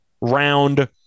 round